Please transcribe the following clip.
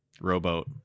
rowboat